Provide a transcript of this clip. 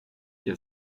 ihr